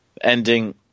Ending